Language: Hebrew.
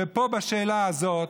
ופה, בשאלה הזאת,